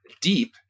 deep